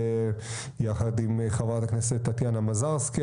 יחד עם חברת הכנסת טטיאנה מזרסקי,